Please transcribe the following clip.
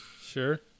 Sure